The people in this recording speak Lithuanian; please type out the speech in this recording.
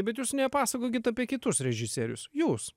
bet jūs nepasakokit apie kitus režisierius jūs